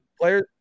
Players